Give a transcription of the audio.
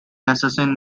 assassin